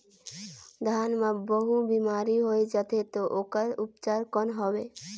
धान मां महू बीमारी होय जाथे तो ओकर उपचार कौन हवे?